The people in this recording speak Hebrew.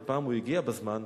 ופעם הוא הגיע בזמן,